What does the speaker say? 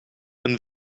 een